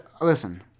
Listen